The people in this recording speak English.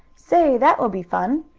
say, that will be fun,